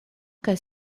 kaj